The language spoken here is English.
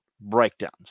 breakdowns